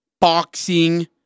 boxing